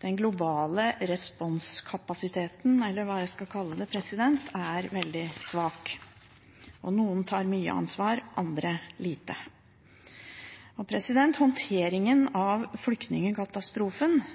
Den globale responskapasiteten, eller hva jeg skal kalle det, er veldig svak. Noen tar mye ansvar, andre lite. Håndteringen av flyktningkatastrofen –